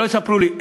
שלא יספרו לי,